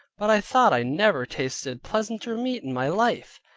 but i thought i never tasted pleasanter meat in my life.